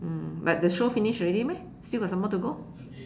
mm but the show finish already meh still got some more to go